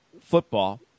football